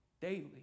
daily